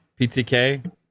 PTK